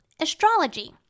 astrology